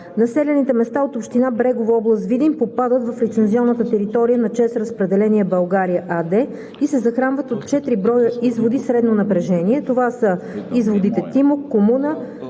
населените места от община Брегово, област Видин попадат в лицензионната територия на „ЧЕЗ Разпределение България“ АД и се захранват от четири броя изводи средно напрежение – изводите „Тимок“, „Комуна“,